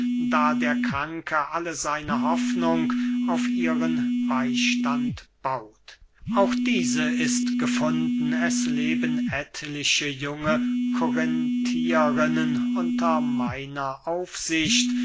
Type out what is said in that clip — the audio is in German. da der kranke alle seine hoffnung auf ihren beystand baut auch diese ist gefunden es leben etliche junge korinthierinnen unter meiner aufsicht